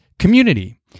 community